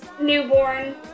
newborn